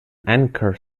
anchor